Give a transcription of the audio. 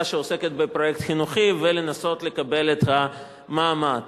שעוסקת בפרויקט חינוכי ולנסות לקבל את המעמד.